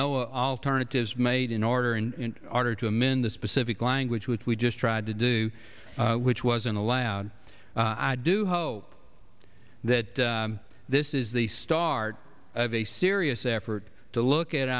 no alternatives made in order in order to amend the specific language which we just tried to do which wasn't allowed i do hope that this is the start of a serious effort to look at